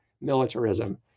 militarism